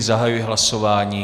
Zahajuji hlasování.